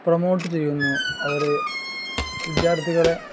promote ചെയ്യുന്നു അവർ വിദ്യാർത്ഥികളെ